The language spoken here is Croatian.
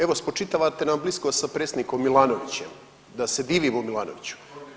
Evo spočitavate nam bliskost s predsjednikom Milanovićem, da se divimo Milanoviću.